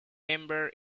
member